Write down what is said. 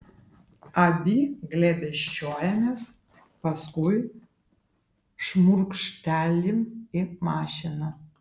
abi glėbesčiuojamės paskui šmurkštelim į mašiną